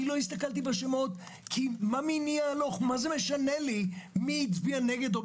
לא הסתכלתי על השמות כי מה משנה לי מי הצביע נגד או בעד?